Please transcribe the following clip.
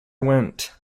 went